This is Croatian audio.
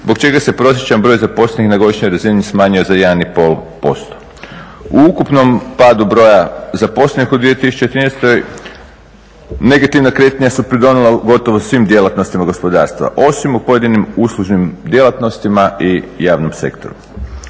zbog čega se prosječan broj zaposlenih na godišnjoj razini smanjio za 1,5%. U ukupnom padu broja zaposlenih u 2013., negativna kretanja su pridonijela u gotovo svim djelatnostima gospodarstva, osim u pojedinim uslužnim djelatnostima i javnom sektoru.